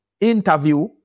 interview